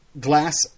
Glass